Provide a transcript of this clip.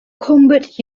combat